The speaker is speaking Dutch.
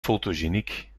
fotogeniek